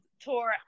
tour